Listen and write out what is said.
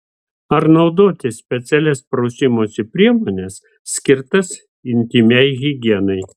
ar naudoti specialias prausimosi priemones skirtas intymiai higienai